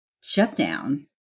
shutdown